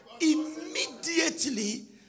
Immediately